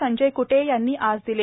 संजय क्टे यांनी आज दिले